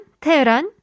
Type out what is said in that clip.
Tehran